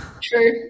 True